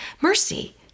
Mercy